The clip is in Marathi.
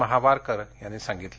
महावारकर यांनी सांगितलं